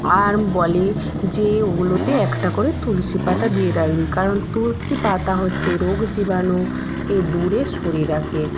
আর বলে যে ওগুলোতে একটা করে তুলসী পাতা দিয়ে রাগবি কারণ তুলসী পাতা হচ্ছে রোগ জীবাণু কে দূরে সরিয়ে রাখে